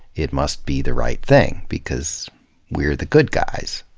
it must be the right thing, because we're the good guys.